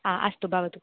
हा अस्तु भवतु